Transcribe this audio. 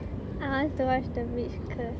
I want to watch the bridge curse